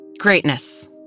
Greatness